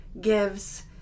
gives